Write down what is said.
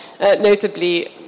notably